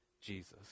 Jesus